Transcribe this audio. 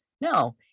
No